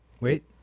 Wait